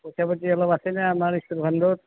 পইচা পাতি অলপ আছে নে আমাৰ স্কুল ফাণ্ডত